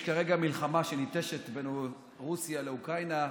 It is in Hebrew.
כרגע מלחמה שניטשת בין רוסיה לאוקראינה,